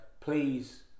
Please